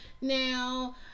now